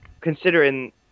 Considering